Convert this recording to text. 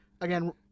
Again